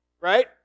Right